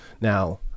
Now